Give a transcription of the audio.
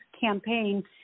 campaign